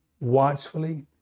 watchfully